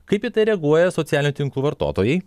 kaip į tai reaguoja socialinių tinklų vartotojai